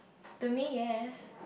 to me yes